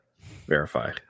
verify